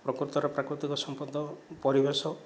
ପ୍ରକୃତରେ ପ୍ରାକୃତିକ ସମ୍ପଦ ପରିବେଶ